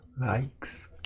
likes